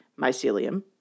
mycelium